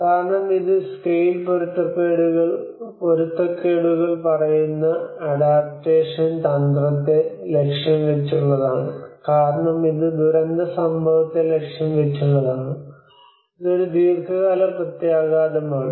കാരണം ഇത് സ്കെയിൽ പൊരുത്തക്കേടുകൾ പറയുന്ന അഡാപ്റ്റേഷൻ തന്ത്രത്തെ ലക്ഷ്യം വച്ചുള്ളതാണ് കാരണം ഇത് ദുരന്ത സംഭവത്തെ ലക്ഷ്യം വച്ചുള്ളതാണ് ഇത് ഒരു ദീർഘകാല പ്രത്യാഘാതമാണ്